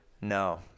No